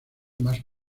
más